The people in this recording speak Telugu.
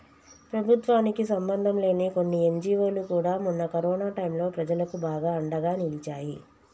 ప్రభుత్వానికి సంబంధంలేని కొన్ని ఎన్జీవోలు కూడా మొన్న కరోనా టైంలో ప్రజలకు బాగా అండగా నిలిచాయి